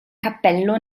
cappello